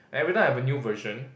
and every time I have a new version